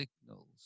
signals